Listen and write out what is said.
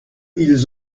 ils